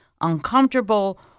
uncomfortable